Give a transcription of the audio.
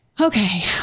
Okay